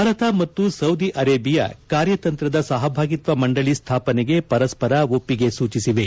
ಭಾರತ ಮತ್ತು Saudi Arabia ಕಾರ್ಯತಂತ್ರದ ಸಹಭಾಗಿತ್ಸ ಮಂಡಳಿಯನ್ನು ಸ್ಡಾಪನೆಗೆ ಪರಸ್ಸರ ಒಪ್ಸಿಗೆ ಸೂಚಿಸಿವೆ